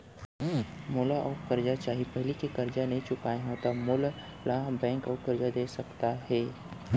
मोला अऊ करजा चाही पहिली के करजा नई चुकोय हव त मोल ला बैंक अऊ करजा दे सकता हे?